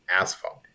asphalt